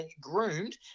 groomed